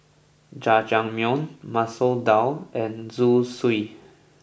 Jajangmyeon Masoor Dal and Zosui